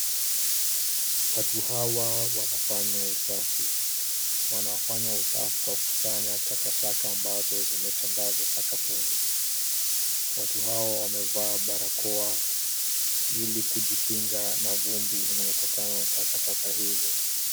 Watu hawa wanafanya usafi. Wanafanya usafi kwa kukusanya takataka ambazo zimetandazwa sakafuni. Watu hawa wamevaa barakoa ili kujikinga na vumbi inayotokana na takataka hizo.